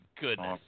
goodness